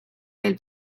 del